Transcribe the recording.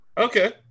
Okay